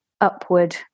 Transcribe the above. upward